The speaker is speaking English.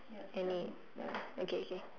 any okay okay